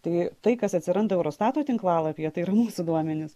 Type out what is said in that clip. tai tai kas atsiranda eurostato tinklalapyje tai yra mūsų duomenys